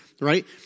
right